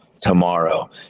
tomorrow